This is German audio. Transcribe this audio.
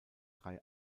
drei